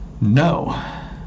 no